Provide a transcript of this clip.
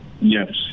Yes